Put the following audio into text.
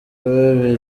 iwe